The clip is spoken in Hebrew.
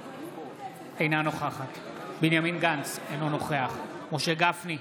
אינה נוכחת בנימין גנץ, אינו נוכח משה גפני,